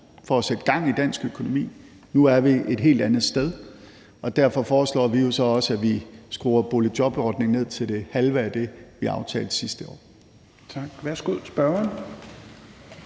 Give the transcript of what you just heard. for at sætte gang i dansk økonomi. Nu er vi et helt andet sted, og derfor foreslår vi jo så også, at vi skruer boligjobordningen ned til det halve af det, vi aftalte sidste år.